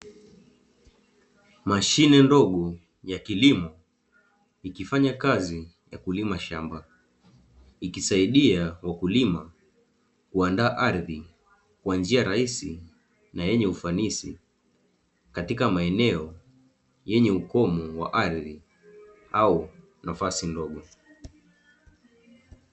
Mashine ndogo ya kilimo ikifanya kazi ya kulima shamba, ikisaidia wakulima kuandaa ardhi kwa njia rahisi na yenye ufanisi katika maeneo yenye ukomo wa ardhi au nafasi ndogo.